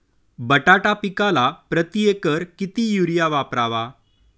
बटाटा पिकाला प्रती एकर किती युरिया वापरावा?